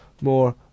more